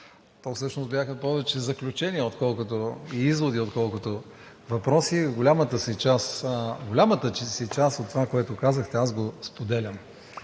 бяха повече заключения и изводи, отколкото въпроси. Голяма част от това, което казахте, аз го споделям.